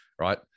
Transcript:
right